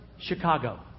Chicago